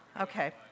Okay